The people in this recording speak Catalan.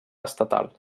estatal